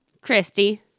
Christy